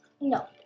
No